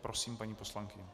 Prosím, paní poslankyně.